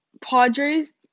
Padres